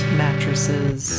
mattresses